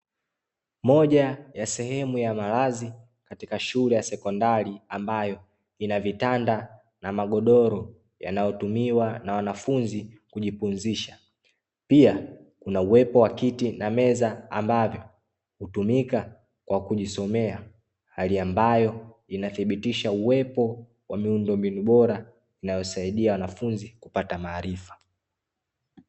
Moja ya sehemu ya malazi katika shule ya sekondari ambayo ina vitanda na magodoro yanayotumiwa na wanafunzi kujipumzisha. Pia kuna uwepo wa kiti na meza ambavyo hutumika kwa kujisomea, hali ambayo inathibitisha uwepo wa miundombinu bora inayosaidia wanafunzi kupata maarifa.